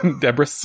Debris